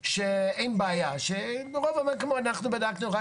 שאין בעיה, שברוב המקומות אנחנו בדקנו.